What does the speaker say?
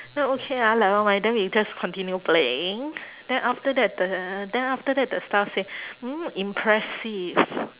then okay ah never mind then we just continue playing then after that the then after that the staff say oh impressive